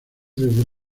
desde